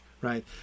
right